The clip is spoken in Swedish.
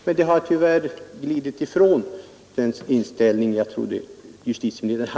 Men justitieministern glider tyvärr undan och betydelse klargör inte sin inställning.